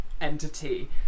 entity